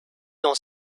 dans